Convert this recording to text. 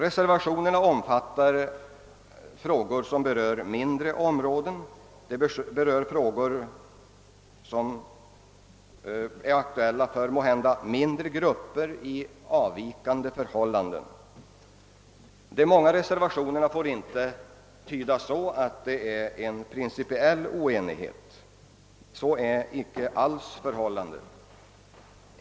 Reservationerna omfattar frågor som berör mindre områden, frågor som är aktuella för måhända mindre grupper i avvikande förhållanden. De många reservationerna får inte tydas så att det skulle råda en principiell oenighet, ty så är inte alls förhållandet.